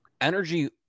energy